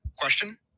Question